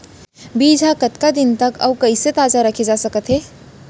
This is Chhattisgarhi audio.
बीज ह कतका दिन तक अऊ कइसे ताजा रखे जाथे सकत हे?